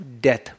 death